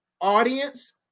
audience